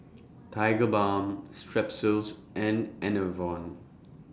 Tigerbalm Strepsils and Enervon